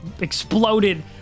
exploded